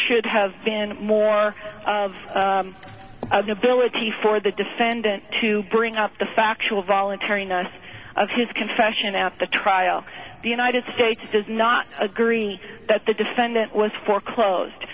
should have been more of an ability for the defendant to bring up the factual voluntariness of his confession at the trial the united states does not agree that the defendant was foreclosed